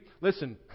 listen